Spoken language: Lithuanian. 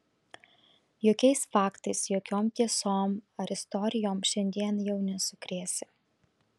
jokiais faktais jokiom tiesom ar istorijom šiandien jau nesukrėsi